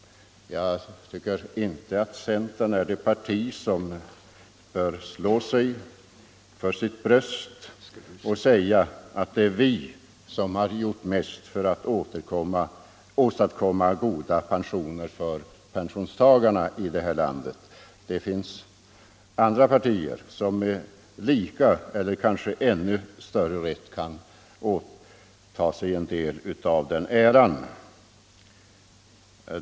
Jag tycker inte att centern är det parti som har anledning att slå sig för sitt bröst och säga, att det är de som har gjort mest för att åstadkomma goda pensioner för pensionstagarna i vårt land. Det finns andra partier som med lika eller kanske ännu större rätt kan ta åt sig en del av den äran.